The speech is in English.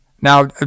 Now